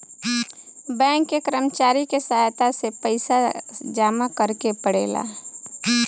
bank के कर्मचारी के सहायता से पइसा जामा करेके पड़ेला